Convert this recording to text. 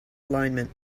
alignment